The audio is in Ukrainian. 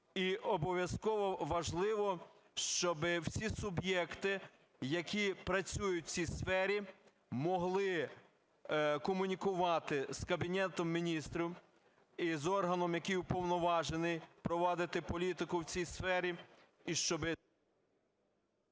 І обов'язково важливо, щоби всі суб'єкти, які працюють в цій сфері, могли комунікувати з Кабінетом Міністрів і з органом, який уповноважений провадити політику в цій сфері,